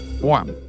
warm